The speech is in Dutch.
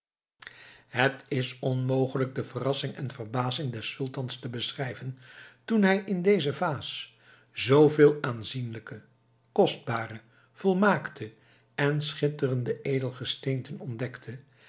het is onmogelijk de verrassing en verbazing des sultans te beschrijven toen hij in deze vaas zooveel aanzienlijke kostbare volmaakte en schitterende edelgesteenten ontdekte